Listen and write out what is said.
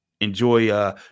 enjoy